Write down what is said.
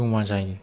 जमा जायो